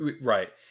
Right